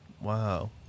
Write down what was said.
Wow